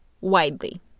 widely